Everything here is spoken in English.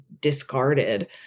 discarded